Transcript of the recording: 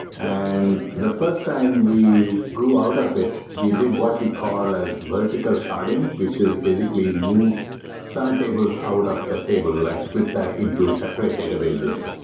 and the first time we grew out of it, we did what we call as vertical sharding, which is basically move some tables out of that table and split that into separate databases.